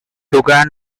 dugan